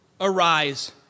arise